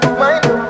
mind